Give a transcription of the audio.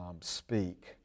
speak